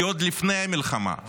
כי עוד לפני המלחמה,